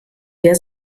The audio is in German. der